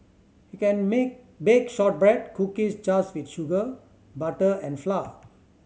you can make bake shortbread cookies just with sugar butter and flour